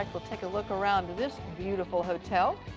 like we'll take a look around this beautiful hotel.